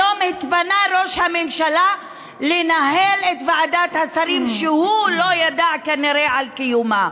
היום התפנה ראש הממשלה לנהל את ועדת השרים שהוא לא ידע כנראה על קיומה.